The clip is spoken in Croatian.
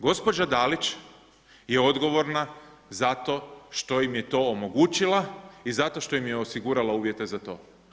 Gospođa Dalić je odgovorna za to što im je to omogućila i zato što im je osigurala uvjete za to.